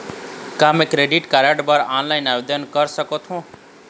का मैं credit card बर ऑनलाइन आवेदन कर सकथों?